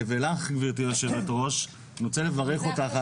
ולך, גברתי יושבת הראש, אני רוצה לברך אותך על